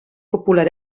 popular